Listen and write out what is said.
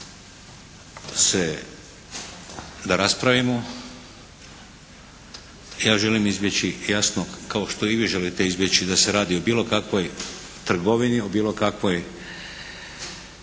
da se, da raspravimo. Ja želim izbjeći jasno, kao što i vi želite izbjeći da se radi o bilo kakvoj trgovini, o bilo kojem